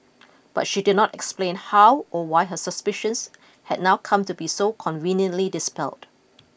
but she did not explain how or why her suspicions had now come to be so conveniently dispelled